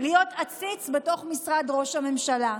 להיות עציץ בתוך משרד ראש הממשלה,